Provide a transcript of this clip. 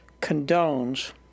condones